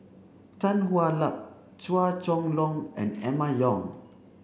Tan Hwa Luck Chua Chong Long and Emma Yong